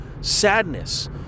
sadness